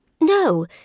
No